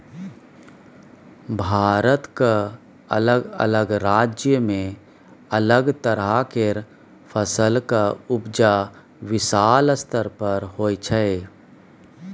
भारतक अलग अलग राज्य में अलग तरह केर फसलक उपजा विशाल स्तर पर होइ छै